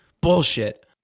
Bullshit